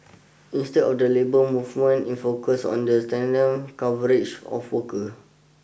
instead the labour movement is focusing on strengthening coverage of worker